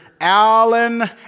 Allen